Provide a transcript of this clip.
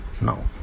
now